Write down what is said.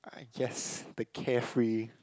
ah yes the carefree